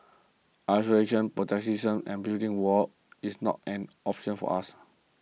isolation protectionism and building walls is not an option for us